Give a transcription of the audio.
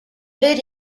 ver